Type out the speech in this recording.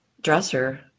dresser